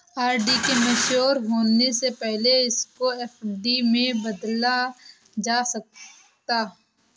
RD के mature होने से पहले इसको एफ.डी में नहीं बदला जा सकता